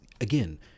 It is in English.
again